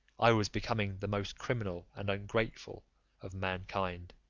i was becoming the most criminal and ungrateful of mankind.